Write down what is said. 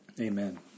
Amen